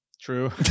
True